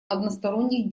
односторонних